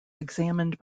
examined